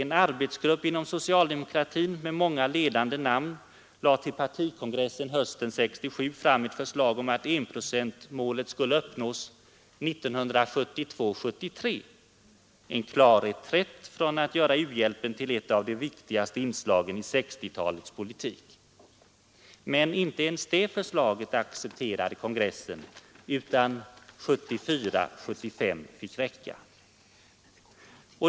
En arbetsgrupp inom socialdemokratin med många ledande namn lade till partikongressen hösten 1967 fram ett förslag om att enprocentsmålet skulle uppfyllas 1972 75 fick räcka.